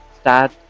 start